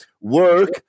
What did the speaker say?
work